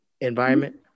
environment